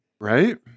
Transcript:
Right